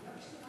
תודה.